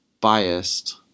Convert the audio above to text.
biased